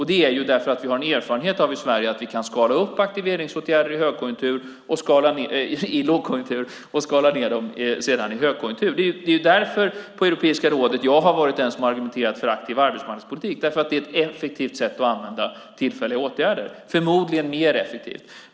Det beror på att vi i Sverige har erfarenhet av att kunna skala upp aktiveringsåtgärder i lågkonjunktur och sedan skala ned dem i högkonjunktur. Det är därför jag i Europeiska rådet har varit den som argumenterat för aktiv arbetsmarknadspolitik: Det är ett effektivt sätt att använda tillfälliga åtgärder - förmodligen mer effektivt.